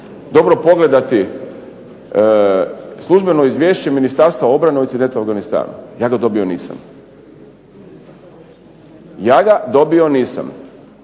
dobro pogledati službeno Izvješće Ministarstva obrane … /Govornik se ne razumije./…, ja ga dobio nisam. Ja ga dobio nisam,